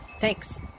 Thanks